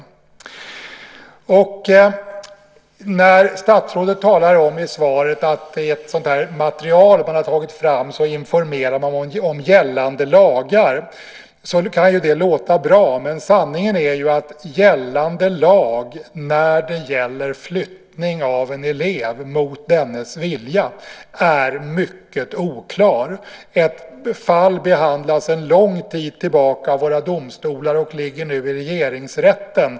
I svaret säger statsrådet att man har tagit fram ett material där man informerar om gällande lagar. Sådant kan låta bra, men sanningen är ju att gällande lag i fråga om flyttning av en elev mot dennes vilja är mycket oklar. Det finns ett fall som har behandlats sedan lång tid tillbaka i domstolarna, och det ligger nu hos Regeringsrätten.